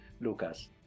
Lucas